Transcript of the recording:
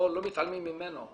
לא מתעלמים ממנו.